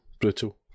Brutal